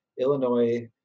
Illinois